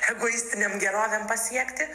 egoistinėm gerovėm pasiekti